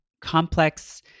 complex